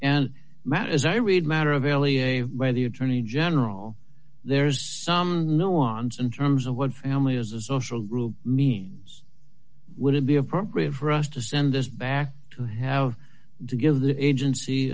matt as i read matter of billy a by the attorney general there's some nuance in terms of what family as a social group means would it be appropriate for us to send this back to have to give the agency